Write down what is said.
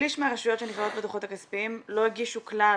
שליש מהרשויות שנכללות בדוחות הכספיים לא הגישו כלל